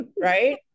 Right